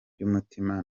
by’umutima